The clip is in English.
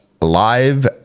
Live